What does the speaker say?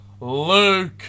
Luke